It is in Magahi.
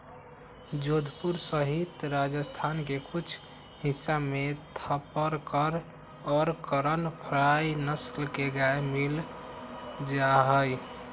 जोधपुर सहित राजस्थान के कुछ हिस्सा में थापरकर और करन फ्राइ नस्ल के गाय मील जाहई